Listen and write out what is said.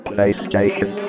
PlayStation